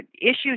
issues